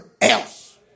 else